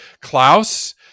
klaus